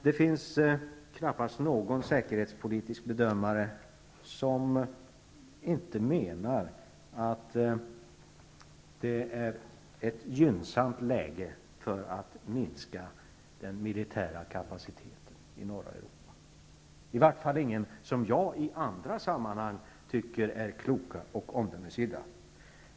Det finns knappast några säkerhetspoltiska bedömare som inte menar att läget är gynnsant för att minska den militära kapaciteten i norra Europa, i vart fall inga som jag i andra sammanhang tycker är kloka och omdömesgilla.